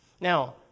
Now